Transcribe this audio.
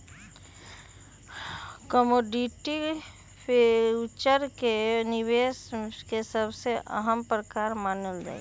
commodity future के निवेश के सबसे अहम प्रकार मानल जाहई